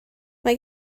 mae